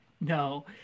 No